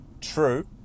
True